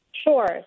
Sure